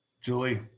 julie